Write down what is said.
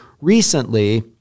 Recently